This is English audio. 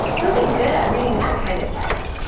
you'll get good at reading that kind of text.